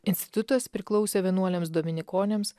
institutas priklausė vienuolėms dominikonėms